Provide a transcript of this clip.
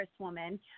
congresswoman